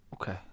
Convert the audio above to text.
Okay